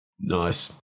Nice